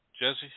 Jesse